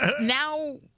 Now